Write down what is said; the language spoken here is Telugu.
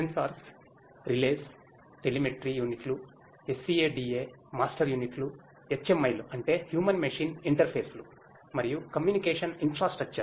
సెన్సార్స్ యూనిట్లు SCADA మాస్టర్ యూనిట్లు HMI లుఅంటేహ్యూమన్ మెషిన్ ఇంటర్ఫేస్లు మరియు కమ్యూనికేషన్ ఇన్ఫ్రాస్ట్రక్చర్